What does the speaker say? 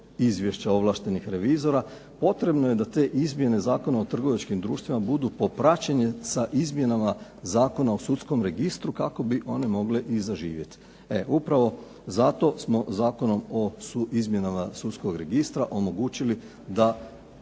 izvješća ovlaštenih revizora. Potrebno je da te izmjene Zakona o trgovačkim društvima budu popraćene sa izmjenama Zakona o sudskom registru kako bi one mogle i zaživjeti. E upravo zato smo Zakonom o izmjenama sudskog registra omogućili da